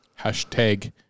Hashtag